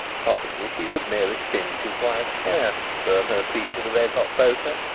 possibly he would merely singe his wife's hair, burn her feet with a red-hot poker,